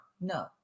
No